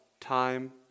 time